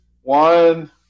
One